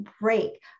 break